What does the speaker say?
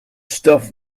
stuff